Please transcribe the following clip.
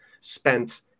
spent